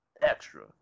extra